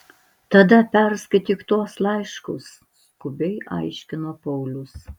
tada perskaityk tuos laiškus skubiai aiškino paulius